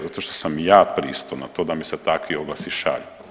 Zato što sam ja pristo na to da mi se takvi oglasi šalju.